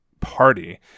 party